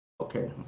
Okay